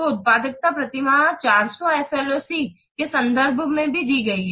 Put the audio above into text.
तो उत्पादकता प्रति माह 400 एस एल ओ सी के संदर्भ में दी गई है